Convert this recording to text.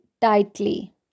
tightly